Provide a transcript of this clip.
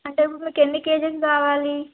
అంటే ఇప్పుడు మీకు ఎన్ని కే జీలు కావాలి